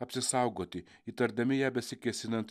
apsisaugoti įtardami ją besikėsinant